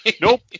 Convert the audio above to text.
Nope